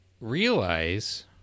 realize